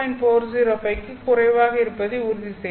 405 க்கும் குறைவாக இருப்பதை உறுதி செய்வேன்